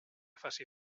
faci